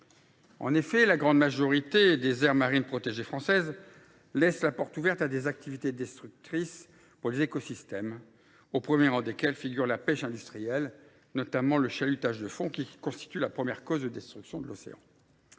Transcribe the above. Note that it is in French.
En effet, la grande majorité des aires marines protégées françaises restent ouvertes à des activités destructrices pour les écosystèmes, au premier rang desquelles figure la pêche industrielle, notamment le chalutage de fond, qui constitue la première cause de destruction de l’océan.